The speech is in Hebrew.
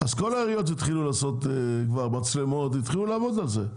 כל העיריות התחילו לעשות מצלמות והתחילו לעבוד על זה.